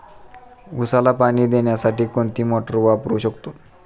उसाला पाणी देण्यासाठी कोणती मोटार वापरू शकतो?